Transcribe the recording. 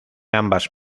ambas